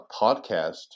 podcast